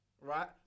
right